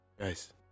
guys